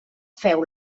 féu